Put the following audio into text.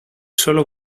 solo